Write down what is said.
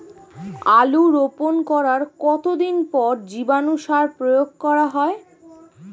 আলু রোপণ করার কতদিন পর জীবাণু সার প্রয়োগ করা হয়?